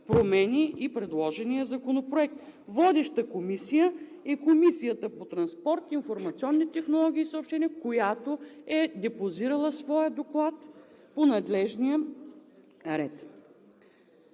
промени и предложения Законопроект. Водеща Комисия е Комисията по транспорт, информационни технологии и съобщения, която е депозирала своя Доклад по надлежния ред.